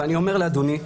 ואני אומר לאדוני: